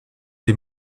des